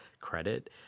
credit